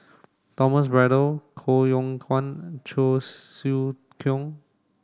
Thomas Braddell Koh Yong Guan Cheong Siew Keong